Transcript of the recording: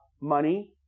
money